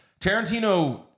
Tarantino